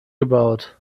gebaut